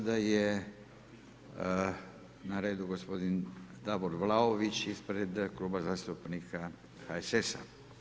Sada je na redu gospodin Davor Vlaović ispred Kluba zastupnika HSS-a.